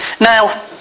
Now